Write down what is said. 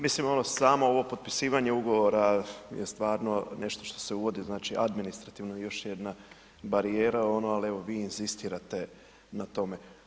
Mislim samo ovo potpisivanje ugovora je stvarno nešto što se uvodi, znači, administrativno još jedna barijera, ali evo vi inzistirate na tome.